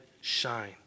shine